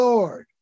Lord